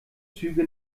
züge